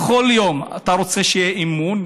בכל יום אתה רוצה שיהיה אמון,